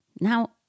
Now